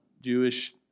Jewish